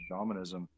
shamanism